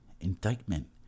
indictment